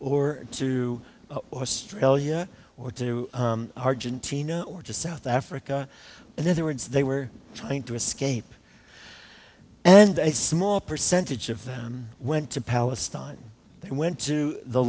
or to australia or to argentina or to south africa and other words they were trying to escape and a small percentage of them went to palestine and went to the